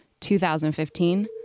2015